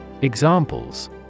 Examples